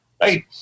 right